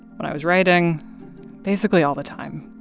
when i was writing basically, all the time.